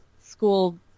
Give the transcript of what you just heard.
school